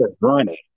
running